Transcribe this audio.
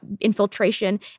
infiltration